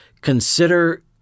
Consider